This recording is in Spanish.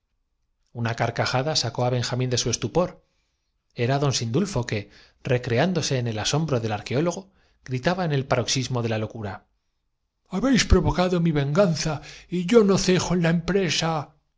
una carcajada sacó á benjamín de su estupor era don sindulfo que recreándose en el asombro del ar queólogo gritaba en el paroxismo de la locura habéis provocado mi venganza y yo no cejo en la empresa